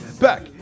back